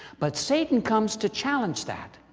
but satan comes to challenge that,